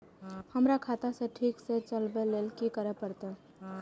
हमरा खाता क ठीक स चलबाक लेल की करे परतै